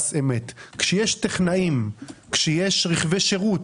כשיש טכנאים, כשיש רכבי שירות